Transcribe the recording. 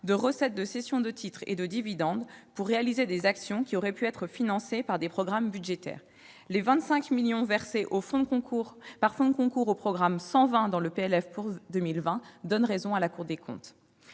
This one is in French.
de recettes de cessions de titres et de dividendes pour réaliser des actions qui auraient pu être financées par des programmes budgétaires ». Les 25 millions d'euros versés par fonds de concours au programme 120 dans le projet de loi de finances